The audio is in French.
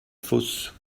fosse